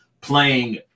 playing